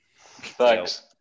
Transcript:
Thanks